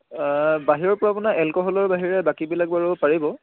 বাহিৰৰ পৰা আপোনাৰ এলকহলৰ বাহিৰে বাকীবিলাক বাৰু পাৰিব